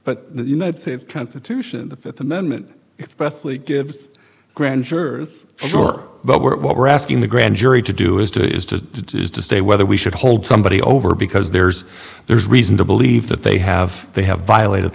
but the united states constitution the fifth amendment expressly gives grand jurors sure but we're asking the grand jury to do is to is to is to say whether we should hold somebody over because there's there's reason to believe that they have they have violated